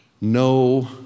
No